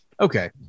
okay